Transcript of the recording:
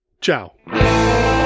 Ciao